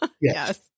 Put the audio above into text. Yes